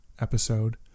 episode